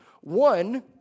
One